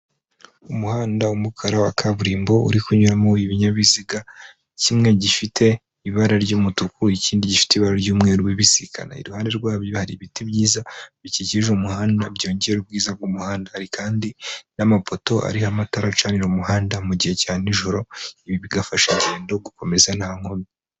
Umuhanda w'umukara wa kaburimbo uri kunyuramo ibinyabiziga, kimwe gifite ibara ry'umutuku ikindi gifite ibara ry'umweru bisikana. Iruhande rwabyo hari ibiti byiza bikikije umuhanda byongera ubwiza bw'umuhanda, hari kandi n'amapoto ariho amatara acanira umuhanda mu gihe cya nijoro. Ibi bigafasha ingendo gukomeza nta nkomyi.